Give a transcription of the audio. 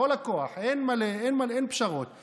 בכל הכוח, אין פשרות.